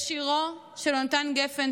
אני אסיים בשירו של יהונתן גפן,